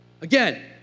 Again